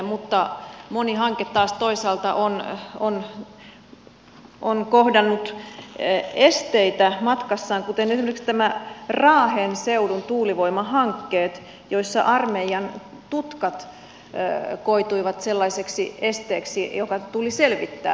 mutta moni hanke taas toisaalta on kohdannut esteitä matkassaan kuten esimerkiksi nämä raahen seudun tuulivoimahankkeet joissa armeijan tutkat koituivat sellaiseksi esteeksi joka tuli selvittää